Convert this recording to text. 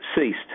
ceased